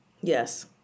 Yes